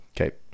Okay